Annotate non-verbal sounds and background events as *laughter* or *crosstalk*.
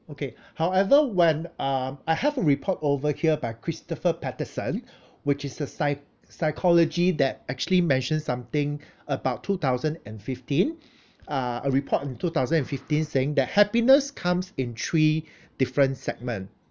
okay *breath* however when um I have a report over here by christopher patterson *breath* which is a psych~ psychology that actually mentioned something *breath* about two thousand and fifteen uh a report in two thousand and fifteen saying that happiness comes in three *breath* different segment